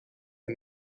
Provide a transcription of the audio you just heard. and